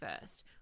first